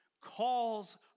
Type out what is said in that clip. calls